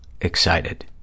excited